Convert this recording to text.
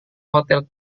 hotel